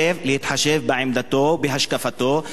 אז להתחשב בעמדתו ובהשקפתו.